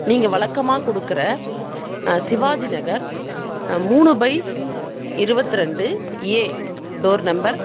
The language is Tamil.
நீங்கள் வழக்கமாக கொடுக்குற சிவாஜி நகர் மூணு பை இருபத்து ரெண்டு ஏ டோர் நம்பர்